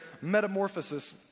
metamorphosis